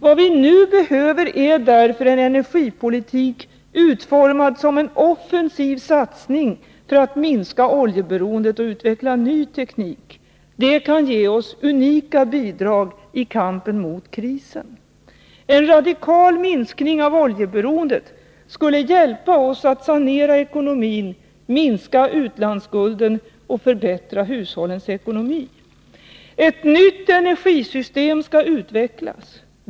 Vad vi nu behöver är därför en energipolitik utformad som en offensiv satsning för att minska oljeberoendet och utveckla ny teknik. Det kan ge oss unika bidrag i kampen mot krisen. En radikal minskning av oljeberoendet skulle hjälpa oss att sanera ekonomin, minska utlandsskulden och förbättra hushållens ekonomi. Ett nytt energisystem skall utvecklas.